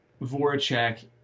Voracek